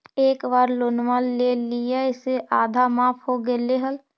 एक बार लोनवा लेलियै से आधा माफ हो गेले हल?